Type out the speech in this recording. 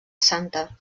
santa